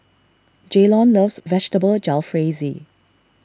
Jaylon loves Vegetable Jalfrezi